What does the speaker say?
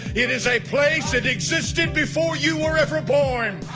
it is a place that existed before you were ever born.